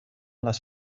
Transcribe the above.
les